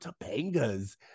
topanga's